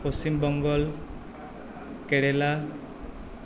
Paschimbanga Kerala